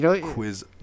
quiz